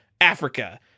Africa